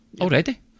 Already